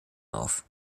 auf